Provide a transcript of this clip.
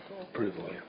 Approval